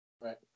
Right